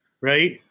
right